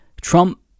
Trump